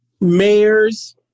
mayors